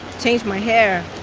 change my hair,